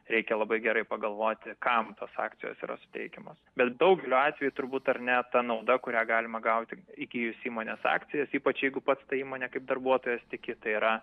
reikia labai gerai pagalvoti kam tos akcijos yra suteikiamos bet daugeliu atvejų turbūt ar ne ta nauda kurią galima gauti įgijus įmonės akcijas ypač jeigu pats tai mane kaip darbuotojas tiki tai yra